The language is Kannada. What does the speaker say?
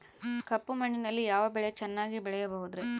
ಕಪ್ಪು ಮಣ್ಣಿನಲ್ಲಿ ಯಾವ ಬೆಳೆ ಚೆನ್ನಾಗಿ ಬೆಳೆಯಬಹುದ್ರಿ?